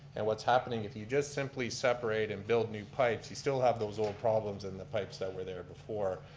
and what's happening, if you just simply seperate and build new pipes, you still have those old problems in the pipes that were there before.